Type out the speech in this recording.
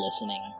listening